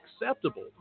acceptable